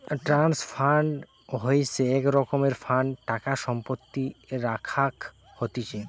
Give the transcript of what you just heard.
trust fund হইসে এক রকমের ফান্ড টাকা সম্পত্তি রাখাক হতিছে